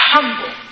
Humble